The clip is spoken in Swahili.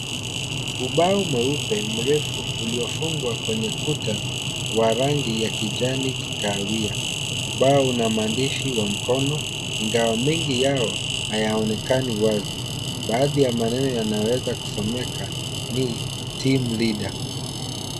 Ubao mweupe mrefu, uliofungwa kwenye kuta wa rangi ya kijani kikahawia. Ubao una maandishi wa mkono, ingawa mengi yao hayaonekani wazi. Baadhi ya maneno yanayoweza kusomeka ni team leader .